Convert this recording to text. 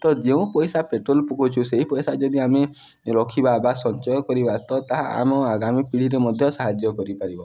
ତ ଯେଉଁ ପଇସା ପେଟ୍ରୋଲ ପକାଉଛୁ ସେଇ ପଇସା ଯଦି ଆମେ ରଖିବା ବା ସଞ୍ଚୟ କରିବା ତ ତାହା ଆମ ଆଗାମୀ ପିଢ଼ିରେ ମଧ୍ୟ ସାହାଯ୍ୟ କରିପାରିବ